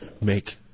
make